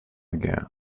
again